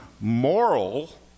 moral